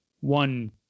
one